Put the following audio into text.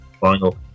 final